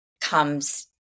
comes